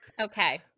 okay